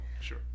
Sure